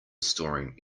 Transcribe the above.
storing